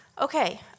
Okay